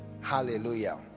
hallelujah